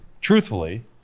truthfully